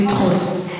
לדחות.